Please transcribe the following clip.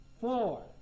Four